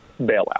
bailout